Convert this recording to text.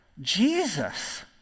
Jesus